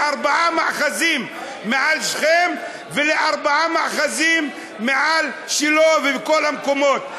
לארבעה מאחזים מעל שכם ולארבעה מאחזים מעל שילה ובכל המקומות.